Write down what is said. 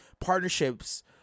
partnerships